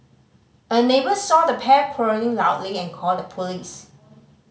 a neighbour saw the pair quarrelling loudly and called the police